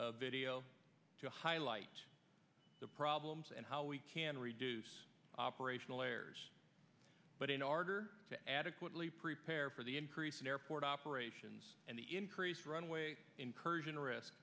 video to highlight the problems and how we can reduce operational errors but in order to adequately prepare for the increase in airport operations and the increased runway incursion risk